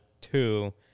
two